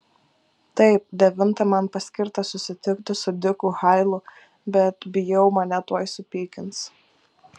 taip devintą man paskirta susitikti su diku hailu bet bijau mane tuoj supykins